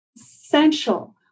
essential